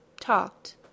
talked